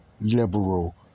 liberal